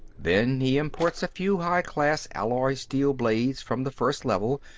then, he imports a few high-class alloy-steel blades from the first level,